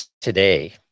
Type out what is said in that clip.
today